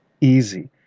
easy